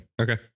Okay